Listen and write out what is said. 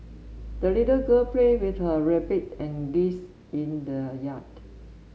the little girl played with her rabbit and geese in the yard